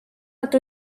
nad